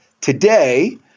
today